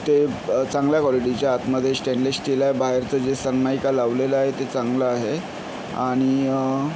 ते चांगल्या क्वालिटीचे आतमधे श्टेनलेस श्टील आहे बाहेरचं जे सनमाइका लावलेलं आहे ते चांगलं आहे आणि